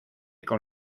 con